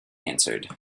answered